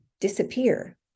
disappear